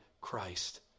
Christ